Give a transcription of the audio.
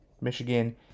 Michigan